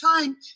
time